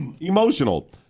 emotional